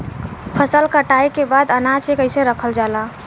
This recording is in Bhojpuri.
फसल कटाई के बाद अनाज के कईसे रखल जाला?